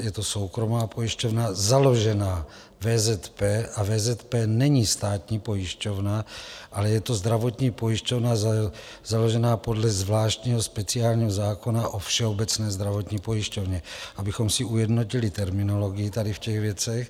Je to soukromá pojišťovna založená VZP a VZP není státní pojišťovna, je to zdravotní pojišťovna založená podle zvláštního speciálního zákona o Všeobecné zdravotní pojišťovně, abychom si ujednotili terminologii tady v těch věcech.